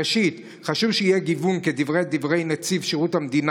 ראשית, חשוב שיהיה גיוון, כדברי נציב שירות המדינה